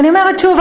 ואני אומרת שוב,